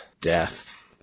death